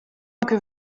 que